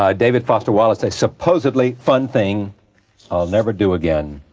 um david foster wallace a supposedly fun thing i'll never do again,